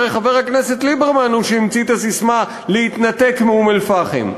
הרי חבר הכנסת ליברמן הוא שהמציא את הססמה להתנתק מאום-אלפחם.